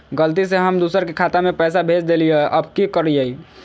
गलती से हम दुसर के खाता में पैसा भेज देलियेई, अब की करियई?